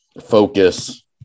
focus